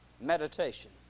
Meditation